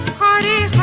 party